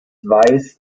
weiß